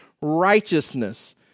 righteousness